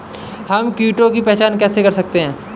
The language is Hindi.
हम कीटों की पहचान कैसे कर सकते हैं?